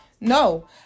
No